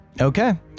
Okay